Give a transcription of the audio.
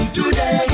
today